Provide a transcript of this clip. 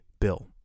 Bill